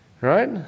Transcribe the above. right